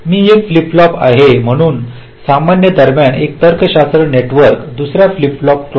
मी एक flip flop आहे म्हणून सामान्य दरम्यान एक तर्कशास्त्र नेटवर्क दुसर्या फ्लिप फ्लॉप क्लॉक आहे